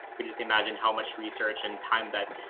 but just imagine how much research and time that.